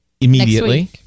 immediately